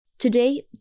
Today